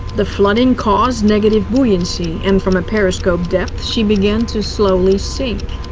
the flooding caused negative buoyancy, and from a periscope depth she began to slowly sink.